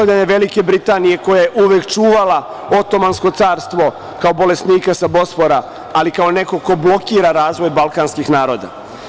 Velike Britanije, koja je uvek čuvala Otomansko carstvo, kao bolesnika sa Bosfora, ali kao neko ko blokira razvoj balkanskih naroda.